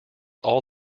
all